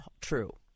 true